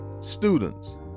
students